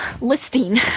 listing